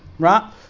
Right